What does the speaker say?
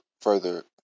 further